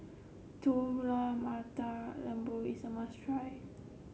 Telur Mata Lembu is a must try